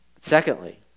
Secondly